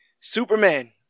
Superman